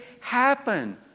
happen